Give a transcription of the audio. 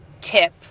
tip